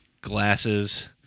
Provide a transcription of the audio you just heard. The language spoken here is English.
Glasses